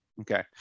okay